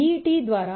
da